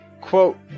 Quote